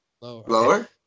Lower